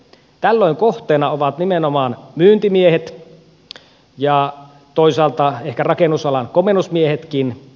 tällöin kohteena ovat nimenomaan myyntimiehet ja toisaalta ehkä rakennusalan komennusmiehetkin